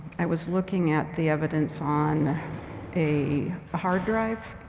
i was looking at the evidence on a hard drive.